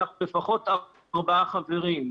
אנחנו לפחות ארבעה חברים.